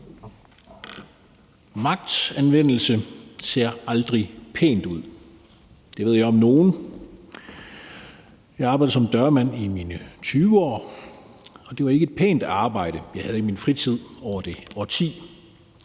Magtanvendelse ser aldrig pænt ud. Det ved jeg om nogen. Jeg arbejdede som dørmand i mine 20'ere, og det var ikke et pænt arbejde, jeg havde i min fritid over det årti,